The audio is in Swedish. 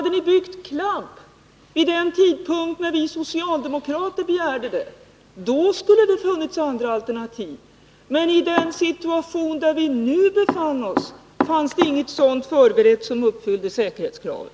Hade ni byggt CLAB vid den tidpunkt då vi socialdemokrater begärde det, skulle det ha funnits andra alternativ, men i den situation där vi nu har befunnits oss fanns inget alternativ förberett som uppfyllde säkerhetskraven.